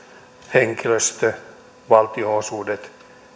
henkilöstö valtionosuudet